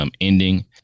ending